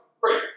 great